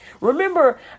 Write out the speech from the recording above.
Remember